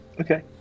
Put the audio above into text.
Okay